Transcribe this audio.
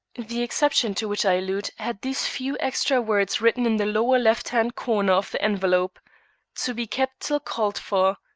the exception to which i allude had these few extra words written in the lower left-hand corner of the envelope to be kept till called for.